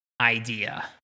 idea